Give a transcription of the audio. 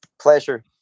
Pleasure